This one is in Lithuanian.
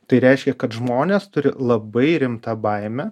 tai reiškia kad žmonės turi labai rimtą baimę